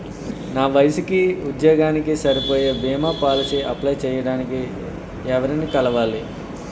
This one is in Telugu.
నా వయసుకి, ఉద్యోగానికి సరిపోయే భీమా పోలసీ అప్లయ్ చేయటానికి ఎవరిని కలవాలి?